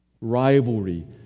rivalry